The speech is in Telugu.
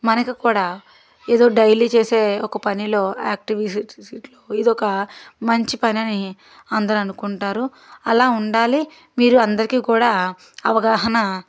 మనకు కూడా ఏదో డైలీ చేసే ఒక పనిలో యాక్టివ్ ఇది ఒక మంచి పని అని అందరూ అనుకుంటారు అలా ఉండాలి మీరు అందరికీ కూడా అవగాహన